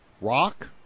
rock